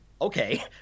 Okay